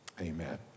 Amen